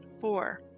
four